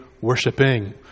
worshiping